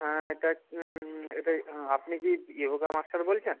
হ্যাঁ এটা এটা আপনি কি য়োগা মাস্টার বলছেন